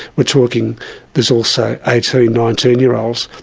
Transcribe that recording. we're talking there's also eighteen, nineteen year olds,